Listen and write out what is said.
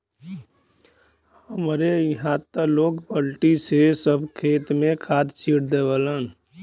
हमरे इहां त लोग बल्टी से सब खेत में खाद छिट देवलन